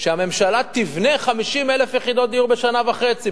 שהממשלה תבנה 50,000 יחידות דיור בשנה וחצי.